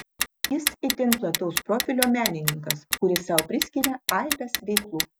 jis itin plataus profilio menininkas kuris sau priskiria aibes veiklų